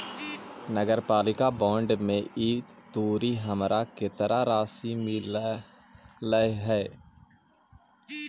नगरपालिका बॉन्ड में ई तुरी हमरा केतना राशि मिललई हे?